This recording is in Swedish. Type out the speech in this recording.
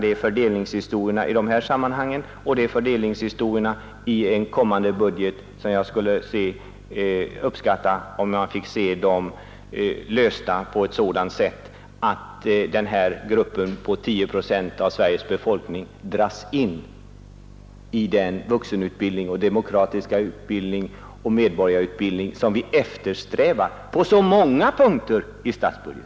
I det här sammanhanget är det fråga om fördelningshistorierna, och jag skulle uppskatta om man i en kommande budget fick se dem lösta på ett sådant sätt att den här gruppen på 10 procent av Sveriges befolkning drogs in i den vuxenutbildning, den demokratiska utbildning och medborgarutbildning som vi eftersträvar på så många punkter i budgeten.